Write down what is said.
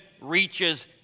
reaches